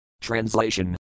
Translation